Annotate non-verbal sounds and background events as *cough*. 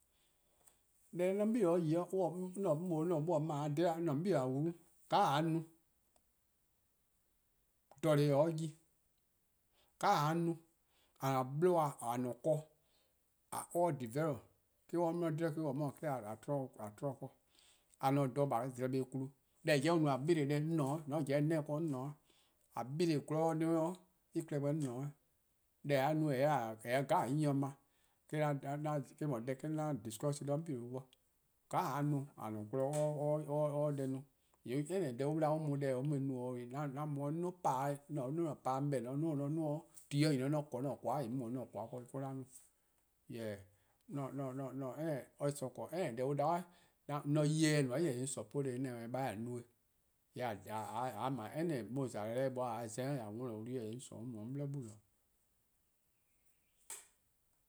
:Mor 'on 'bei' 'yle, *hesitation* on-: 'mor-: :a dhe-dih, :a wlu :ka :a 'ye-a no jeh-a :ne-a 'de yi. :ka :a 'ye-a no :a-a'a: 'bluhba: :a ne-a 'o ken or 'ye-a develop, on-: 'mor-: :mor :a :dhe-dih me-: :a za-'. A :ne 'o dha a zleh klu, deh an no-a 'beleh deh 'on :ne 'de 'weh, :mor :on pobo 'o net ken 'on :ne 'o 'weh, a 'beleh gwlor ken dih 'o 'on 'de 'weh. Deh :a 'ye-a no :eh 'ye-a 'nyne 'jeh ne 'ble *hesitation* eh-: no deh an discusing 'de 'on 'bei' bo. :ka :a 'ye-a no :a-a'a: gwlor or *hesitation* 'ye-a deh no 'de or 'ye-a 'nyne 'jeh ne 'ble eh-: no deh 'an discusing 'de 'on 'bei' bo. :ka :a 'ye-a no :a-a'a: gwlor *hesitation* or 'ye-a deh no, :yee' :mor on 'da deh :daa :a mu-eh no :yee' 'on mu 'on 'duo: part 'weh, 'an part 'on 'beh-dih 'on 'ye-a 'duo: :mor 'on 'duo-or, :mor ti nyni 'o :mor 'on 'ble 'an :koan: :yee' 'on mu 'an :koan: bo or-: an no. Jorwor: *hesitation* 'on se any option ble, any deh on 'da-a 'suh :mor 'on 'ye eh eh nmor 'yi-dih :yee' 'on support eh on 'de a 'nyi :a no-eh, :mor :a 'ble any mo-' :za deh :mor :a za-eh :a worn-or wlu+-dih :yee' 'on :sorn 'on mu 'de 'on 'bli 'gbu 'on :dhe-dih.